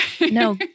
No